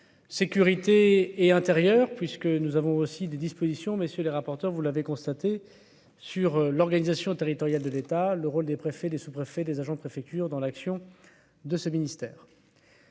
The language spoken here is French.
sécurité et intérieure puisque nous avons aussi des dispositions messieurs les rapporteurs, vous l'avez constaté sur l'organisation territoriale de l'État, le rôle des préfets, des sous-préfets des agents préfecture dans l'action de ce ministère.